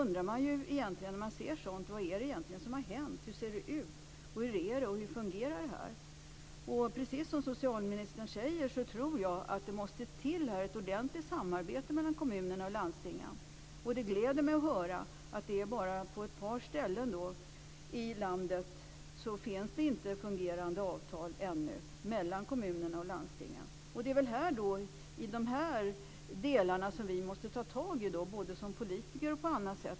När man ser sådant undrar man vad det egentligen är som har hänt. Hur ser det ut? Hur är det? Hur fungerar detta? Precis som socialministern säger tror jag att det måste till ett ordentligt samarbete mellan kommunerna och landstingen. Det gläder mig att höra att det bara är på ett par ställen i landet som det ännu inte finns fungerande avtal mellan kommunerna och landstingen. Det är dessa delar som vi måste ta tag i, både som politiker och på andra sätt.